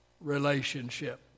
relationship